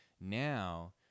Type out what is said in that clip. now